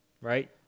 right